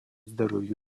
здоровью